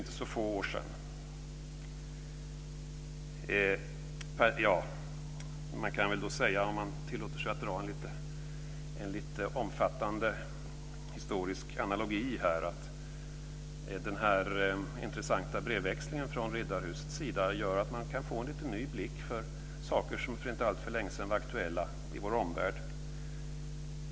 Tillåt mig att här anföra en lite långtgående historisk analogi. Den intressanta brevväxlingen med riddarhuset gör att man får en ny blick på saker som för inte alltför länge sedan var aktuella i vår omvärld.